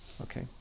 Okay